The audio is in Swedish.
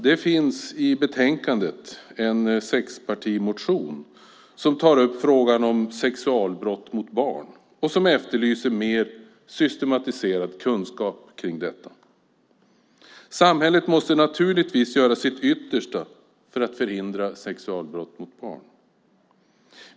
Det finns i betänkandet en sexpartimotion som tar upp frågan om sexualbrott mot barn och efterlyser mer systematiserad kunskap om detta. Samhället måste naturligtvis göra sitt yttersta för att förhindra sexualbrott mot barn.